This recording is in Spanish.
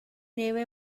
nieve